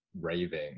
raving